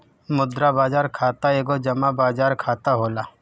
मुद्रा बाजार खाता एगो जमा बाजार खाता होला